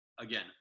again